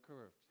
curved